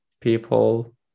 people